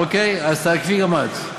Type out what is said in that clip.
אוקיי, אז תעקבי גם את.